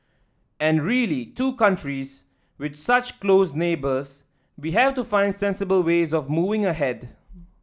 and really two countries with such close neighbours we have to find sensible ways of moving ahead